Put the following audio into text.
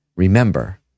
Remember